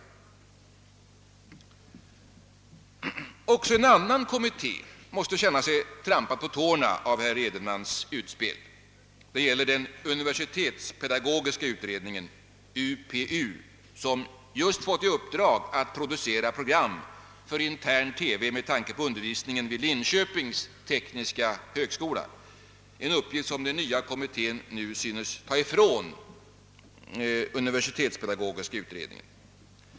Också en annan kommitté måste känna sig trampad på tårna av herr Edenmans utspel; det gäller den universitetspedagogiska utredningen, UPU, som just fått i uppdrag att producera program för intern TV med tanke på undervisningen vid Linköpings tekniska högskola, en uppgift som den nya kommittén nu synes ta ifrån UPU.